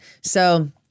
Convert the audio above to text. So-